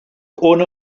ohne